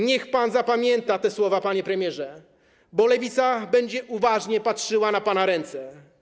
Niech pan zapamięta te słowa, panie premierze, bo Lewica będzie uważnie patrzyła panu na ręce.